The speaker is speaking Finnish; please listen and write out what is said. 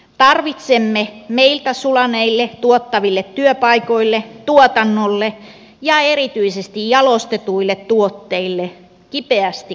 tarvitsemme meiltä sulaneille tuottaville työpaikoille tuotannolle ja erityisesti jalostetuille tuotteille kipeästi korvaajia